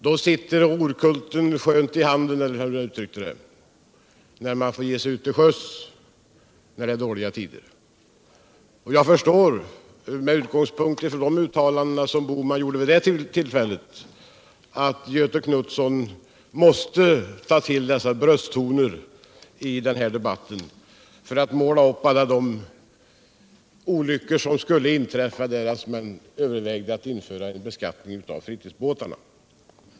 Han sade vidare att när det är dåliga tider är det skönt att få ge sig ut till sjöss och då ligger rorkulten skönt i handen -— eller hur han nu uttryckte det. Jag förstår att Göthe Knutson med utgångspunkt i de uttalanden som herr Bohman gjorde vid det här ullfället måste ta till dessa brösttoner i den här debatten när han vill måla upp alla de olyckor som skulle inträffa om vi införde en skatt på fritidsbåtar.